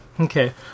Okay